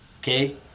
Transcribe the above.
Okay